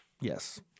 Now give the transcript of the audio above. yes